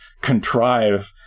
contrive